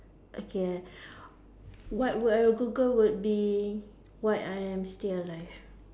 okay what would I Google would be why I am still alive